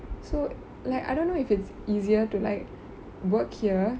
so like I don't know if it's easier to like work here